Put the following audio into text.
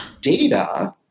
data